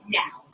now